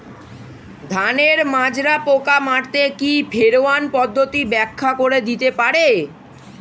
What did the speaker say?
ধানের মাজরা পোকা মারতে কি ফেরোয়ান পদ্ধতি ব্যাখ্যা করে দিতে পারে?